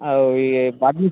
இப்போ அட்மி